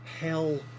hell